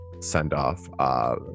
send-off